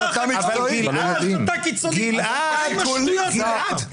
די עם השטויות האלה.